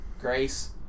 Grace